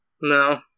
No